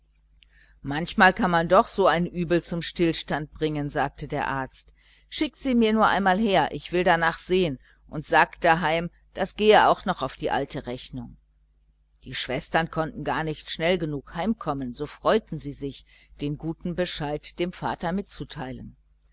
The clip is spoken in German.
manchmal kann man so ein übel doch zum stillstand bringen sagte der arzt schickt sie mir nur einmal her ich will danach sehen und sagt daheim das gehe auch noch in die alte rechnung die schwestern konnten gar nicht schnell genug heimkommen so freuten sie sich den guten bescheid dem vater mitzuteilen